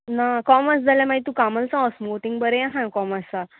ना कॉमर्स जाल्या मागीर तूं कामल्सां वोस मोगो तींग बरें आसा कॉमर्सा